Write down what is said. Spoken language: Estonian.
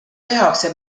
tehakse